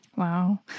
Wow